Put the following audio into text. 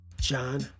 John